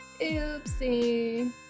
Oopsie